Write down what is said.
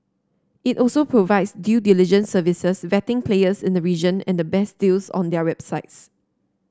it also provides due diligence services vetting players in the region and the best deals on their websites